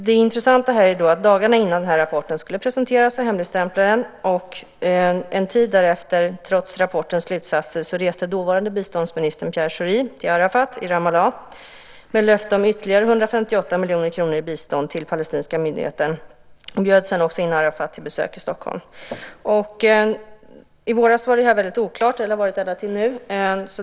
Det intressanta är att dagarna innan rapporten skulle presenteras hemligstämplades den, och en tid därefter, trots rapportens slutsatser, reste dåvarande biståndsministern Pierre Schori till Arafat i Ramallah med löfte om ytterligare 158 miljoner kronor i bistånd till den palestinska myndigheten. Han bjöd också in Arafat till besök i Stockholm. I våras var det här väldigt oklart. Det har varit det ända tills nu.